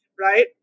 Right